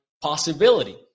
possibility